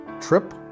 trip